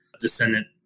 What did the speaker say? descendant